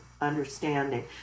understanding